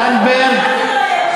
זנדברג.